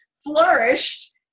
flourished